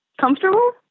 comfortable